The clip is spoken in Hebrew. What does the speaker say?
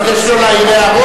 אני מבקש לא להעיר הערות,